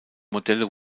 modelle